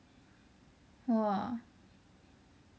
!wah!